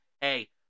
hey